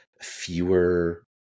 fewer